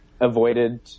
avoided